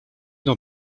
dans